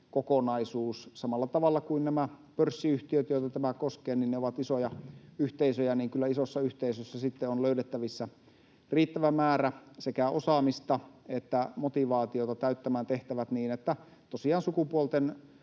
kokonaisuus, samalla tavalla kuin nämä pörssiyhtiöt, joita tämä koskee, ovat isoja yhteisöjä. Kyllä isossa yhteisössä sitten on löydettävissä riittävä määrä sekä osaamista että motivaatiota täyttämään tehtävät niin, että tosiaan saavutetaan